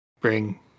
bring